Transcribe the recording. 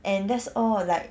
and that's all like